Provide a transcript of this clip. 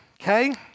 okay